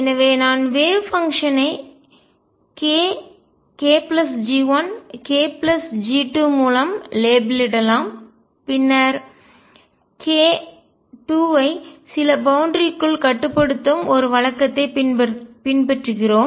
எனவே நான் wave function ஐ அலை செயல்பாடு k kG1 kG2 மூலம் லேபிளிடலாம் பின்னர் k 2 ஐ சில பவுண்டரிகளுக்குள் எல்லைகளுக்குள் கட்டுப்படுத்தும் ஒரு வழக்கத்தை பின்பற்றுகிறோம்